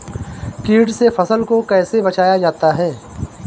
कीट से फसल को कैसे बचाया जाता हैं?